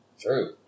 True